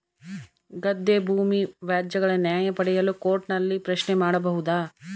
ಗದ್ದೆ ಭೂಮಿ ವ್ಯಾಜ್ಯಗಳ ನ್ಯಾಯ ಪಡೆಯಲು ಕೋರ್ಟ್ ನಲ್ಲಿ ಪ್ರಶ್ನೆ ಮಾಡಬಹುದಾ?